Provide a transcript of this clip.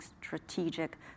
strategic